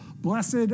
Blessed